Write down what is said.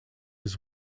his